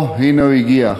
או, הנה הוא הגיע.